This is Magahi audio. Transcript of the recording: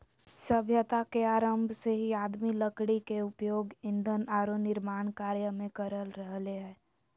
सभ्यता के आरंभ से ही आदमी लकड़ी के उपयोग ईंधन आरो निर्माण कार्य में कर रहले हें